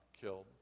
killed